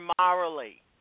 morally